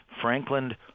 Franklin